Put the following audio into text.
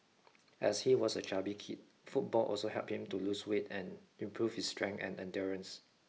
as he was a chubby kid football also helped him to lose weight and improve his strength and endurance